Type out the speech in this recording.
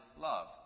love